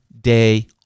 day